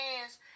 hands